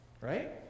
right